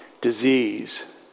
disease